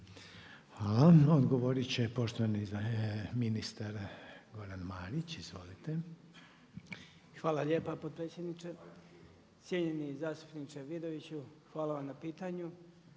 Hvala. Odgovoriti će poštovani ministar Goran Marić. Izvolite. **Marić, Goran (HDZ)** Hvala lijepa potpredsjedniče. Cijenjeni zastupniče Vidoviću, hvala vam na pitanju.